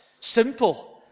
simple